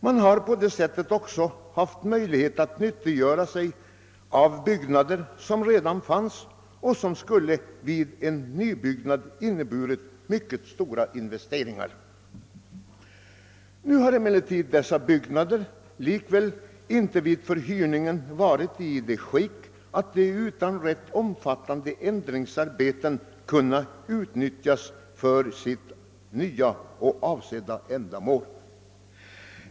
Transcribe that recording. Man har också härigenom haft möjlighet att utnyttja byggnader som redan finns, medan nybyggnader skulle ha inneburit mycket stora investeringar. Emellertid har dessa byggnader vid förhyrningen inte varit i sådant skick att de utan rätt omfattande ändringsarbeten kunnat utnyttjas för sitt nya ändamål.